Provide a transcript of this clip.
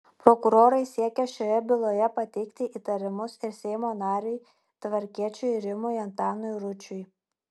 prokurorai siekia šioje byloje pateikti įtarimus ir seimo nariui tvarkiečiui rimui antanui ručiui